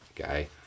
Okay